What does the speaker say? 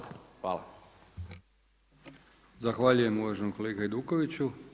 Zahvaljujem uvaženom kolegi Hajdukoviću.